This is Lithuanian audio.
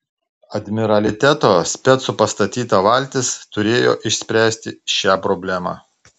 admiraliteto specų pastatyta valtis turėjo išspręsti šią problemą